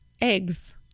eggs